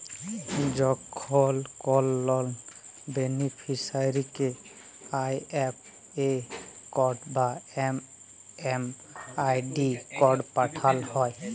যখন কল লন বেনিফিসিরইকে আই.এফ.এস কড বা এম.এম.আই.ডি কড পাঠাল হ্যয়